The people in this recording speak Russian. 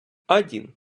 один